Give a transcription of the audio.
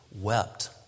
wept